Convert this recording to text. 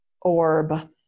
orb